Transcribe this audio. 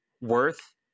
worth